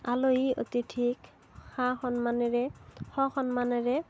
আলহী অতিথিক সা সন্মানেৰে সসন্মানেৰে